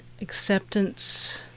acceptance